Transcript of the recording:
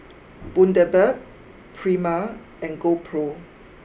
Bundaberg Prima and GoPro